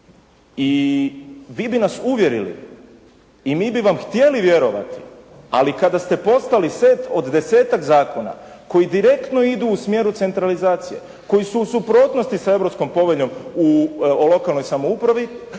i vi bi nas uvjerili i mi bi van htjeli vjerovati, ali kada ste poslali ste od desetak zakona koji direktno idu u smjeru centralizacije, koji su u suprotnosti sa Europskom poveljom o lokalnoj samoupravi,